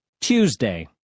Tuesday